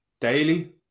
daily